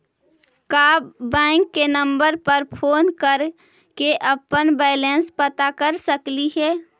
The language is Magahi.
का बैंक के नंबर पर फोन कर के अपन बैलेंस पता कर सकली हे?